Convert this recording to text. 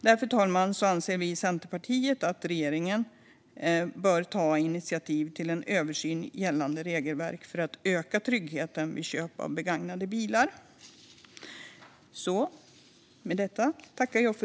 Därför, fru talman, anser vi i Centerpartiet att regeringen bör ta initiativ till en översyn av gällande regelverk för att öka tryggheten vid köp av begagnade bilar.